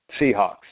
Seahawks